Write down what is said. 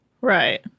Right